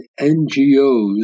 NGOs